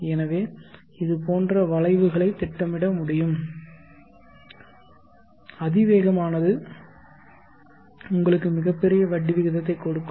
எனவே இது போன்ற வளைவுகளைத் திட்டமிட முடியும் அதிவேகமானது உங்களுக்கு மிகப்பெரிய வட்டி விகிதத்தைக் கொடுக்கும்